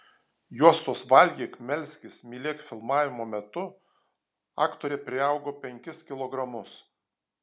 juostos valgyk melskis mylėk filmavimo metu aktorė priaugo penkis kilogramus